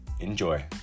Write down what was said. Enjoy